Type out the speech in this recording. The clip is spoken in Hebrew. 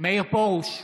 מאיר פרוש,